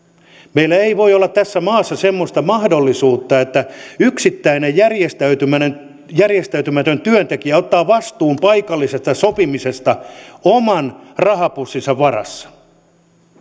meillä ei voi olla tässä maassa semmoista mahdollisuutta että yksittäinen järjestäytymätön järjestäytymätön työntekijä ottaa vastuun paikallisesta sopimisesta oman rahapussinsa varassa